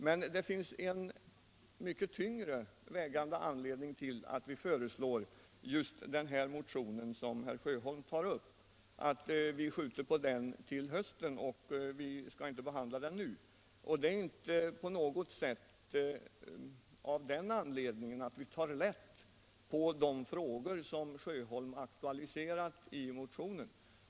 | Men det finns en mycket tyngre vägande anledning till att vi föreslår riksdagen att till hösten skjuta upp just den motion som herr Sjöholm tar upp. Anledningen är inte på något sätt att vi tar lätt på de frågor som herr Sjöholm aktualiserar i motionen.